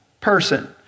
person